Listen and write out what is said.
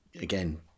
again